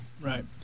Right